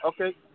Okay